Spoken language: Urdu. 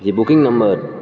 یہ بکنگ نمبر